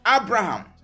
Abraham